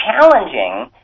challenging